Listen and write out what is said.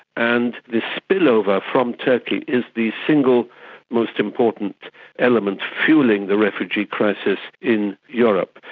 and this spill-over from turkey is the single most important element fuelling the refugee crisis in europe,